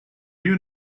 you